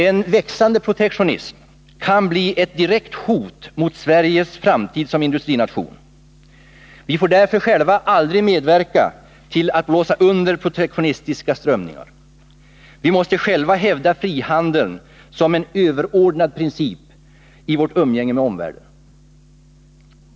En växande protektionism kan bli ett direkt hot mot Sveriges framtid som industrination. Vi får därför aldrig själva medverka till att blåsa under protektionistiska strömningar. Vi måste själva hävda frihandeln som en överordnad princip i vårt umgänge med omvärlden.